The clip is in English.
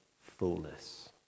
fullness